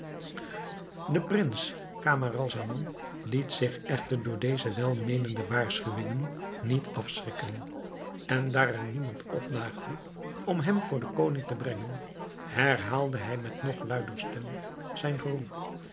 de prins camaralzaman liet zich echter door deze welmeenende waarschuwingen niet afschrikken en daar er niemand opdaagde om hem voor den koning te brengen herhaalde hij met nog luider stem zijn geroep